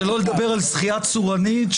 שלא לדבר על שחייה צורנית.